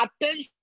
attention